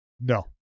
No